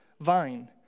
vine